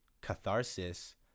catharsis